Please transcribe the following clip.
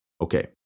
Okay